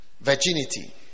Virginity